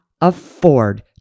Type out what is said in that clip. afford